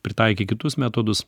pritaikei kitus metodus